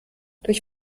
durch